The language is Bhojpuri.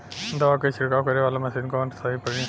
दवा के छिड़काव करे वाला मशीन कवन सही पड़ी?